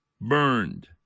burned